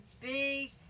big